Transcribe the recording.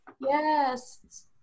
Yes